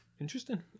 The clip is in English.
Interesting